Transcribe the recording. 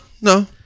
no